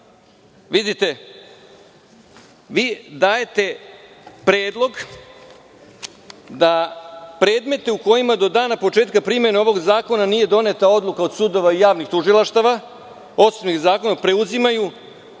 vidite, vi dajete predlog da predmete u kojima do dana početka primene ovog zakona nije doneta odluka od sudova i javnih tužilaštava osnovanih zakonom preuzimaju